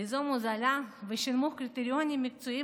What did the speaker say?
ליזום הוזלה ושנמוך קריטריונים מקצועיים